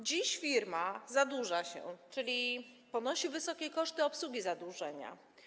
Dziś firma zadłuża się, czyli ponosi wysokie koszty obsługi zadłużenia.